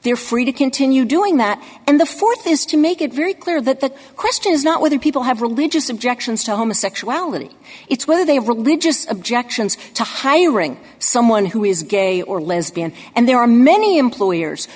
they are free to continue doing that and the th is to make it very clear that the question is not whether people have religious objections to homosexuality it's whether they religious objections to hiring someone who is gay or lesbian and there are many employers